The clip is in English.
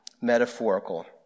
metaphorical